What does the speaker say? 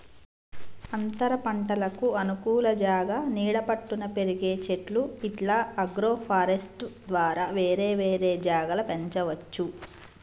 అంతరపంటలకు అనుకూల జాగా నీడ పట్టున పెరిగే చెట్లు ఇట్లా అగ్రోఫారెస్ట్య్ ద్వారా వేరే వేరే జాగల పెంచవచ్చు